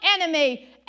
enemy